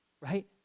right